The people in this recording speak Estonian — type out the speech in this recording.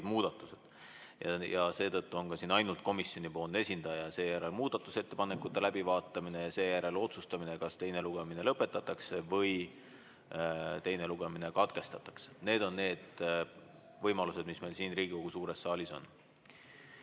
viidud. Seetõttu on siin ainult komisjoni esindaja, seejärel muudatusettepanekute läbivaatamine ja seejärel otsustamine, kas teine lugemine lõpetatakse või teine lugemine katkestatakse. Need on need võimalused, mis meil siin Riigikogu suures saalis